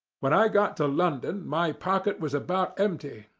when i got to london my pocket was about empty,